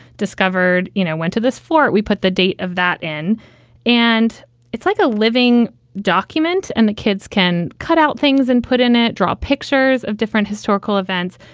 discovered, you know, went to this forum. we put the date of that in and it's like a living document. and the kids can cut out things and put in it, draw pictures of different historical events.